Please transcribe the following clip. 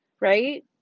right